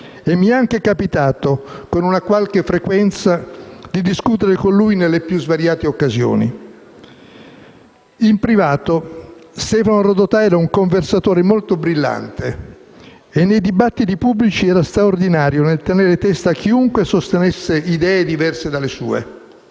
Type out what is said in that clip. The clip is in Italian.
E mi è anche capitato con una qualche frequenza di discutere con lui nelle più svariate occasioni. In privato Stefano Rodotà era un conversatore molto brillante e nei dibattiti pubblici era straordinario nel tenere testa a chiunque sostenesse idee diverse dalle sue.